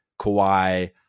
Kawhi